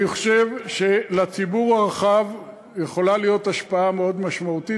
אני חושב שלציבור הרחב יכולה להיות השפעה מאוד משמעותית,